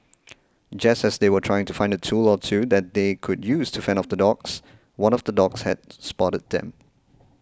just as they were trying to find a tool or two that they could use to fend off the dogs one of the dogs had spotted them